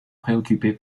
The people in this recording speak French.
préoccupé